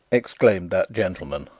exclaimed that gentleman,